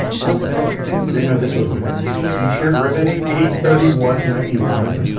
what the heck? i didn't know this was with it. t-shirt ribbon eight thirty one ninety one,